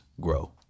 grow